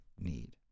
need